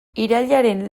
irailaren